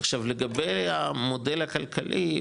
עכשיו לגבי המודל הכלכלי,